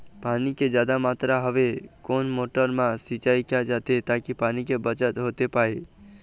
पानी के जादा मात्रा हवे कोन मोटर मा सिचाई किया जाथे ताकि पानी के बचत होथे पाए?